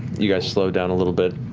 you guys slow down a little bit.